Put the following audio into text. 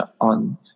on